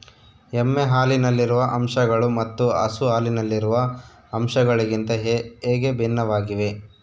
ಎಮ್ಮೆ ಹಾಲಿನಲ್ಲಿರುವ ಅಂಶಗಳು ಮತ್ತು ಹಸು ಹಾಲಿನಲ್ಲಿರುವ ಅಂಶಗಳಿಗಿಂತ ಹೇಗೆ ಭಿನ್ನವಾಗಿವೆ?